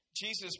Jesus